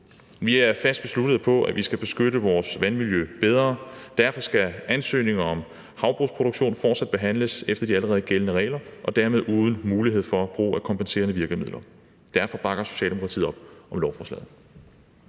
Vi er fast besluttet på, at vi skal beskytte vores vandmiljø bedre. Derfor skal ansøgninger om havbrugsproduktion fortsat behandles efter de allerede gældende regler og dermed uden mulighed for brug af kompenserende virkemidler. Derfor bakker Socialdemokratiet op om lovforslaget.